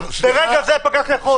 ברגע זה פקח יכול.